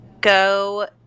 Go